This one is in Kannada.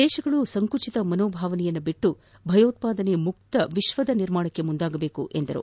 ದೇಶಗಳು ಸಂಕುಚಿತ ಮನೋಭಾವನೆಯನ್ನು ಬಿಟ್ಟು ಭಯೋತ್ವಾದನೆ ಮುಕ್ತ ವಿಶ್ವದ ನಿರ್ಮಾಣಕ್ಕೆ ಮುಂದಾಗಬೇಕು ಎಂದರು